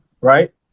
right